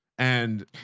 and